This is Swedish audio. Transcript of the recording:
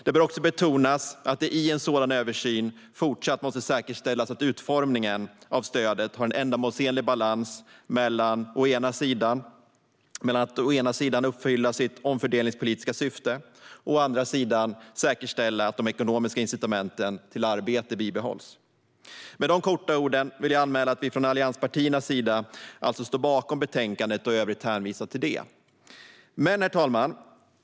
Det bör också betonas att det i en sådan översyn även i fortsättningen måste säkerställas att utformningen av stödet har en ändamålsenlig balans mellan att å ena sidan uppfylla sitt omfördelningspolitiska syfte och å andra sidan säkerställa att de ekonomiska incitamenten till arbete bibehålls. Med de få orden vill jag anmäla att allianspartierna står bakom utskottets förslag i betänkandet och hänvisar i övrigt till det.